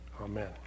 Amen